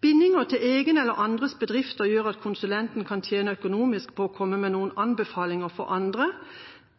Bindinger til egen eller andres bedrifter gjør at konsulenten kan tjene økonomisk på å komme med noen anbefalinger fremfor andre.